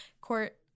court